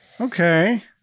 Okay